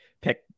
pick